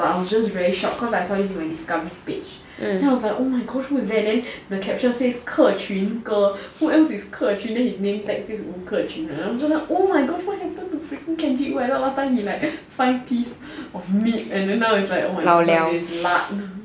but I was just very shocked cause I saw this in my discovery page then I was like oh my gosh who's that then the caption says 克群哥 who else is 克群 then his name tag says 吴克群 then I was like oh my gosh what happened to freaking I thought last time he like fine piece of meat and then now it's like oh my gosh like lard